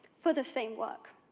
for the same work.